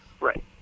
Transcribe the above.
Right